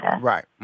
Right